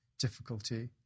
difficulty